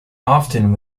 often